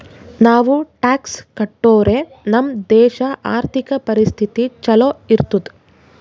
ನಾವು ಟ್ಯಾಕ್ಸ್ ಕಟ್ಟುರೆ ನಮ್ ದೇಶ ಆರ್ಥಿಕ ಪರಿಸ್ಥಿತಿ ಛಲೋ ಇರ್ತುದ್